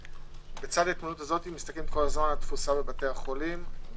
שלצדה מסתכלים כל הזמן על תפוסה בבתי החולים.